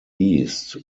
east